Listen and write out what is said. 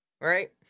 Right